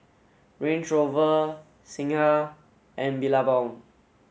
Range Rover Singha and Billabong